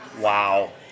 Wow